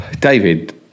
David